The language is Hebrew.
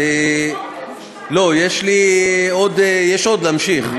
לא, יש עוד, להמשיך.